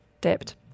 dipped